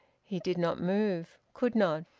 he did not move could not.